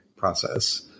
process